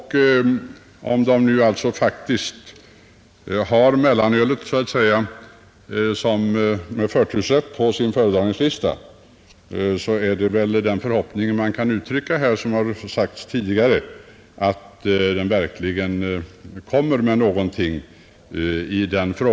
Om utredningen nu har mellanölet uppsatt med förtur på sin föredragningslista vill jag bara uttrycka den förhoppningen att utredningen kommer att presentera ett förslag i frågan inom rimlig tid.